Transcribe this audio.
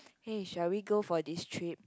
[hey] shall we go for this trip